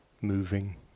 moving